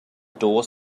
door